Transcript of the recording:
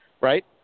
right